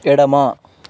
ఎడమ